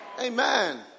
amen